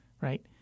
right